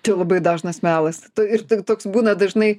čia labai dažnas melas ir tai toks būna dažnai